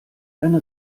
eine